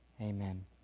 Amen